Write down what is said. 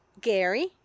Gary